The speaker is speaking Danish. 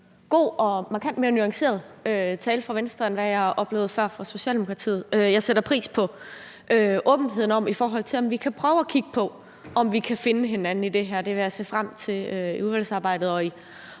god og markant mere nuanceret tale fra Venstres side, end hvad jeg har oplevet før fra Socialdemokratiets side. Jeg sætter pris på åbenheden, i forhold til om vi kan prøve at kigge på, om vi kan finde hinanden i det her. Det vil jeg se frem til i udvalgsarbejdet og